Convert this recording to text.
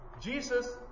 Jesus